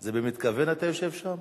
זה במתכוון שאתה יושב שם?